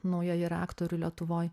naująjį reaktorių lietuvoj